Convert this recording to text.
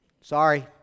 Sorry